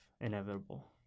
inevitable